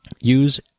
use